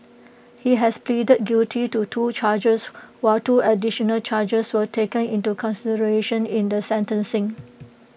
he had pleaded guilty to two charges while two additional charges were taken into consideration in the sentencing